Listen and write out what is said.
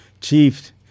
Chief